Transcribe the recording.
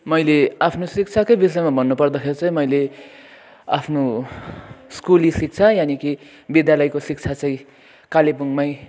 मैले आफ्नो शिक्षाकै विषयमा भन्नुपर्दाखेरि चाहिँ मैले आफ्नो स्कुली शिक्षा यानि कि विद्यालयको शिक्षा चाहिँ कालेबुङमै